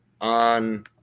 on